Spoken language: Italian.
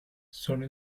sono